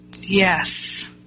Yes